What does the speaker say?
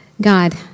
God